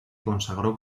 consagró